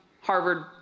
Harvard